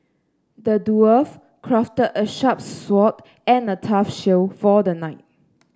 the dwarf crafted a sharp sword and a tough shield for the knight